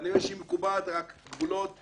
כנראה שהיא מקובעת רק על גבולות